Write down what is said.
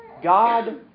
God